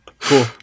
Cool